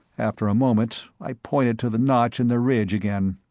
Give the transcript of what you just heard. after a moment i pointed to the notch in the ridge again.